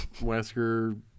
Wesker